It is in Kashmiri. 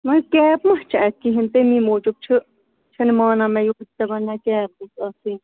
وۄنۍ کیپ ما چھِ اَتہِ کِہیٖنٛۍ تٔمی موٗجوٗب چھُ چھَنہٕ مانان دپان نہَ کیپ گَژھِ آسٕنۍ